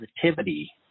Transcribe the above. positivity